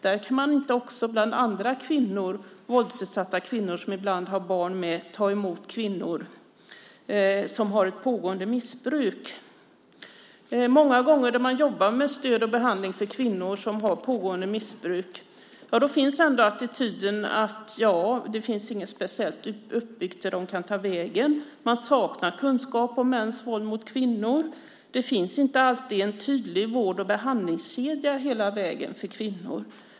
Där kan man bland andra våldsutsatta kvinnor, som ibland har barn med, ta emot kvinnor som har ett pågående missbruk. När man jobbar med stöd och behandling till kvinnor med ett pågående missbruk är attityden många gånger att det inte finns någon speciellt uppbyggd verksamhet dit de kan ta vägen. Man saknar kunskap om mäns våld mot kvinnor. Det finns inte alltid en tydlig vård och behandlingskedja hela vägen för kvinnor.